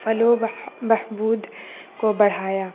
فل و بہبود کو بڑھایا